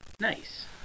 Nice